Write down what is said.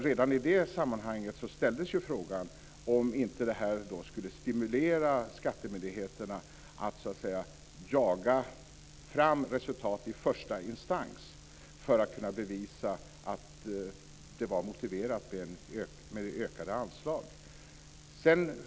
Redan i det sammanhanget ställdes ju frågan om inte det här skulle stimulera skattemyndigheterna att så att säga jaga fram resultat i första instans för att kunna bevisa att det ökade anslaget var motiverat.